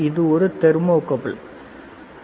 இது ஒரு தெர்மோகப்பிள் சரி